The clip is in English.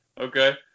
Okay